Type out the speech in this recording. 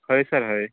हय सर हय